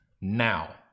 Now